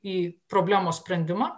į problemos sprendimą